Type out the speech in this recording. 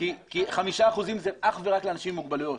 כי 5% זה אך ורק לאנשים עם מוגבלויות.